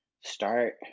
start